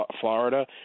Florida